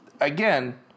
again